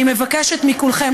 אני מבקשת מכולכם,